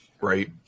right